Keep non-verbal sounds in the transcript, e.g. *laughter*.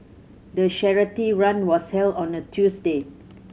the *unintelligible* run was held on a Tuesday